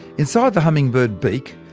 inside the hummingbird beak,